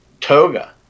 toga